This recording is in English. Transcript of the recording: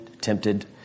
tempted